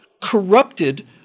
corrupted